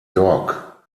york